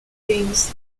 games